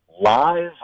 live